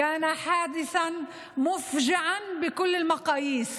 להלן תרגומם: מה שקרה ביום חמישי ביישוב יפיע היה